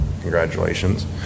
congratulations